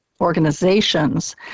organizations